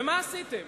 ומה עשיתם?